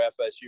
FSU